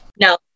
no